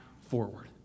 forward